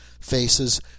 faces